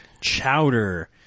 Chowder